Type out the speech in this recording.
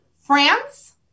France